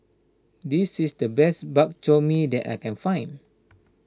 this is the best Bak Chor Mee that I can find